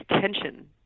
tension